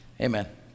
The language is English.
amen